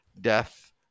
death